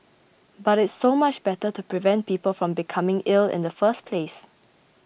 but it's so much better to prevent people from becoming ill in the first place